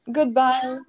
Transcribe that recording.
Goodbye